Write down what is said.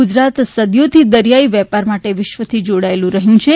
ગુજરાત સદીઓથી દરિયાઈ વેપાર માટે વિશ્વથી જોડાયેલું રહ્યું છે